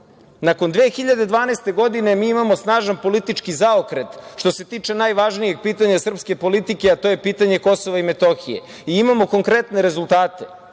se. Nakon 2012. godine mi imamo snažan politički zaokret što se tiče najvažnijeg pitanja srpske politike, a to je pitanje Kosova i Metohije, i imamo konkretne rezultate.